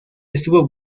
estuvo